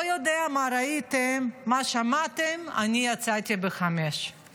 לא יודע מה ראיתם, מה שמעתם, אני יצאתי ב-17:00.